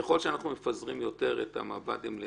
ככל שאנחנו מפזרים יותר את המב"דים,